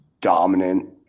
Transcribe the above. dominant